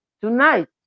tonight